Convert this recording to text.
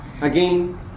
Again